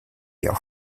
your